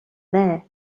there